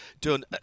done